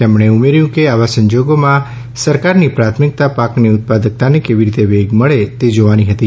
તેમણે ઉમેર્થું કે આવા સંજોગોમાં સરકારની પ્રાથમિકતા પાકની ઉત્પાદકતાને કેવી રીતે વેગ મળે છે તે જોવાની હતી